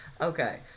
Okay